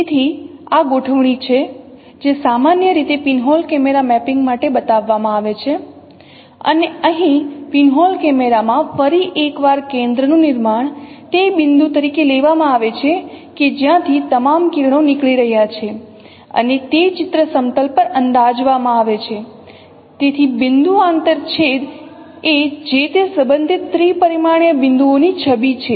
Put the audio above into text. તેથી આ ગોઠવણી છે જે સામાન્ય રીતે પીનહોલ કેમેરા મેપિંગ માટે બતાવવામાં આવે છે અને અહીં પીનહોલ કેમેરા માં ફરી એકવાર કેન્દ્રનું નિર્માણ તે બિંદુ તરીકે લેવામાં આવે છે કે જ્યાંથી તમામ કિરણો નીકળી રહ્યા છે અને તે ચિત્ર સમતલ પર અંદાજવામાં આવે છે તેથી બિંદુ આંતરછેદ એ જે તે સંબંધિત ત્રિપરિમાણીય બિંદુઓની છબી છે